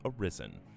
Arisen